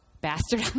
bastard